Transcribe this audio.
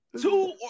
two